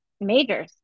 majors